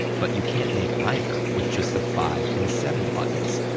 but you can't make either with just the five and seven buttons.